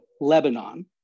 Lebanon